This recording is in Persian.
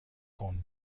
کند